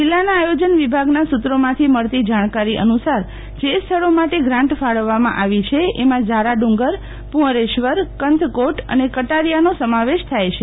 જીલ્લાનાં આયોજન વિભાગના સુત્રોમાંથી મળતી જાળકારી અનુસાર જે સ્થળો માટે ગ્રાન્ટ ફાળવવામાં આવે છે એમાં ઝારાડુંગરપુંઅરેશ્વરકંથકોટ અને કટારીયાનો સમાવેશ થાય છે